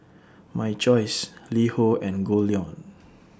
My Choice LiHo and Goldlion